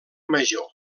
major